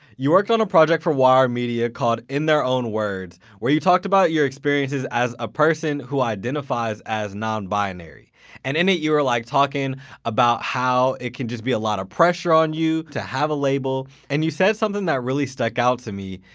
you worked on a project for yr media called in their own words, where you talked about your experiences as a person who identifies as non-binary. and in it, you were like talking about how it can just be a lot of pressure on you to have a label. and you said something that really stuck out to me.